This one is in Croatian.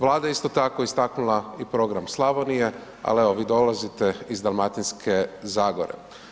Vlada je isto tako istaknula i program Slavonija, al evo vi dolazite iz Dalmatinske zagore.